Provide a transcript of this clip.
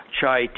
Chai